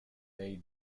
they